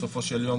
בסופו של יום,